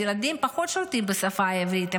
הילדים פחות שולטים בשפה העברית.